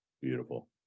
Beautiful